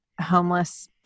homeless